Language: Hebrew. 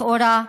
לכאורה,